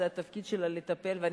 התפקיד שלה לטפל בו,